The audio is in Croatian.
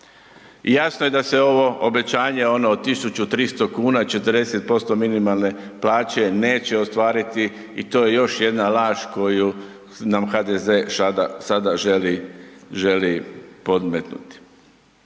Jasno je da se ovo obećanje od 1.300 kuna 40% minimalne plaće neće ostvariti i to je još jedna laž koju nam HDZ sada želi podmetnuti.